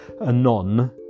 anon